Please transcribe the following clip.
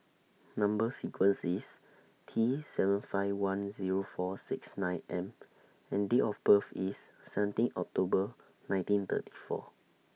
Number sequence IS T seven five one Zero four six nine M and Date of birth IS seventeen October nineteen thirty four